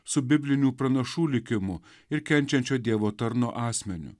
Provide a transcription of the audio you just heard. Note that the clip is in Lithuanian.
su biblinių pranašų likimu ir kenčiančio dievo tarno asmeniu